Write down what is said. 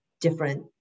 different